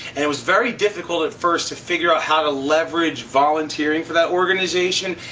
and it was very difficult at first to figure out how to leverage volunteering for that organization,